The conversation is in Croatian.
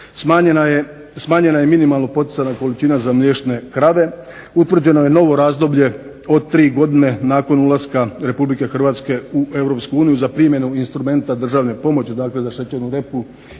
Smanjena je minimalno poticajna količina za mliječne krave, utvrđeno je novo razdoblje od tri godine nakon ulaska Republike Hrvatske u Europsku uniju za primjenu instrumenta državne pomoći, dakle za šećernu repu